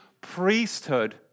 priesthood